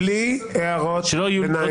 לא, משה, בלי הערות ביניים.